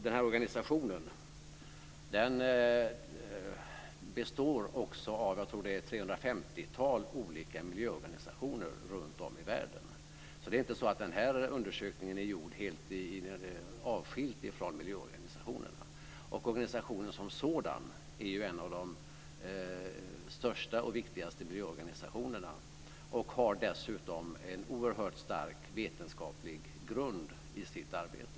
Den här organisationen består av ett 350-tal olika miljöorganisationer runtom i världen. Det är inte så att undersökningen är gjord helt avskilt från miljöorganisationerna. Organisationen som sådan är ju en av de största och viktigaste miljöorganisationerna. Dessutom har den en oerhört stark vetenskaplig grund för sitt arbete.